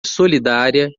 solidária